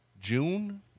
June